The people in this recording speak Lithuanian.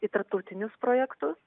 į tarptautinius projektus